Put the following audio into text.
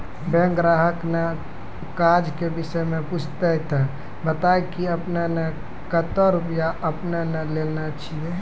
Bank ग्राहक ने काज के विषय मे पुछे ते बता की आपने ने कतो रुपिया आपने ने लेने छिए?